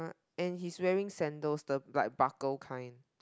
and he's wearing sandals the like buckle kind